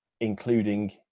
including